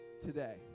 Today